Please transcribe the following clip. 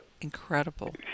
Incredible